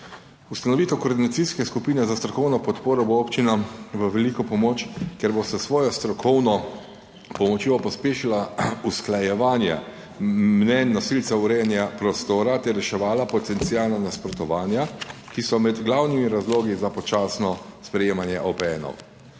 Ustanovitev koordinacijske skupine za strokovno podporo bo občinam v veliko pomoč, ker bo s svojo strokovno pomočjo pospešila usklajevanje mnenj nosilcev urejanja prostora ter reševala potencialna nasprotovanja, ki so med glavnimi **6. TRAK: (DAG) -